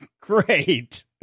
Great